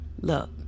Look